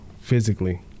physically